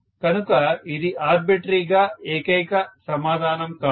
కనుక ఇది ఆర్బిట్రరీగా ఏకైక సమాధానం కాదు